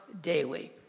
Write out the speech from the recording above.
daily